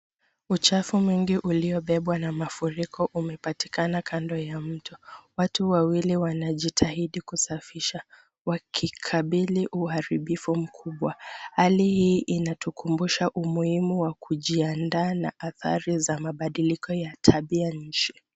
Uchafu mwingi uliobebwa na mafuriko umepatikana kando ya mto. Watu wawili wanajitahidi kusafisha wakikabili uharibifu mkubwa, Hali hii inatukumbusha umuhimu wa kujiandaa na athari za mabadiliko ya tabia nchi.